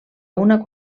una